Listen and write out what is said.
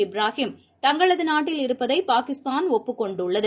இப்ராஹிம் தங்களதுநாட்டில் இருப்பதைபாகிஸ்தான் ஒப்புக் கொண்டுள்ளது